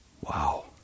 Wow